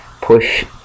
push